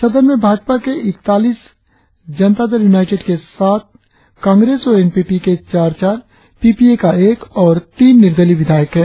सदन में भाजपा के इकतालीस जनता दल यूनाइटेड के सात कांग्रेस और एनपीपी के चार चार पीपीए का एक और तीन निर्दलीय विधायक है